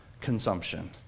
consumption